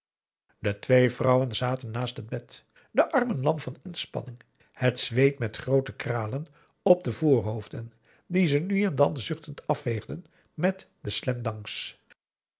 de twee vrouwen zaten naast het bed de armen lam van inspanning het zweet met groote kralen op de voorhoofden die ze nu en dan zuchtend afveegden met de